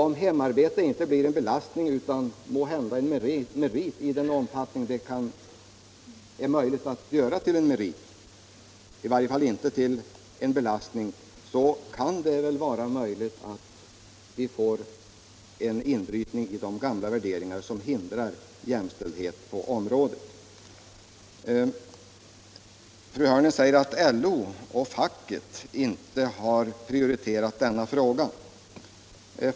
Om hemarbete inte blir en belastning utan måhända en merit kanske vi får en inbrytning i de gamla värderingar som hindrar jämställdhet på området. Fru Hörnlund säger att LO och facket inte har prioriterat denna fråga.